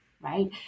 right